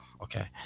okay